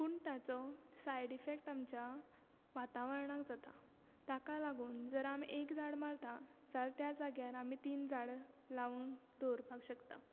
पूण ताचो side effect आमच्या वातावरणाक जाता ताका लागून जर आमी एक झाड मारता जाल्यार त्या जाग्यार आमी तीन झाड लावन दवरपाक शकता